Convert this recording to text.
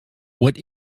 what